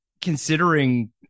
considering